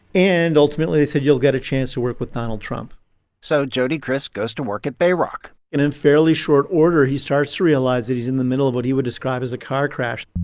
and ultimately, they said, you'll get a chance to work with donald trump so jody kriss goes to work at bayrock and in fairly short order, he starts to realize that he's in the middle of what he would describe as a car crash.